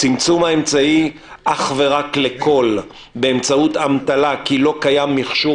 צמצום האמצעי אך ורק לקול באמצעות אמתלה כי לא קיים מכשור